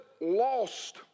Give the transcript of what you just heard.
lost